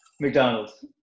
mcdonald's